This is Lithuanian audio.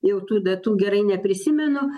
jau tų datų gerai neprisimenu